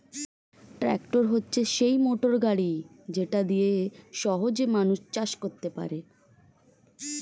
tractor হচ্ছে সেই motor গাড়ি যেটা দিয়ে সহজে মানুষ চাষ করতে পারে